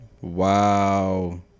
wow